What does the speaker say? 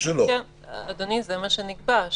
אדוני, זה מה שנקבע.